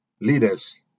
leaders